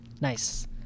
nice